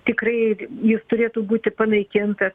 tikrai ir jis turėtų būti panaikintas